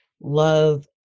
love